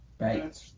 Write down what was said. Right